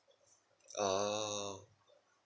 ah